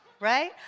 right